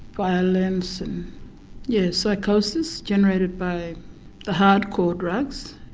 violence and yeah psychosis generated by the hard core drugs,